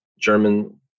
German